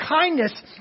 kindness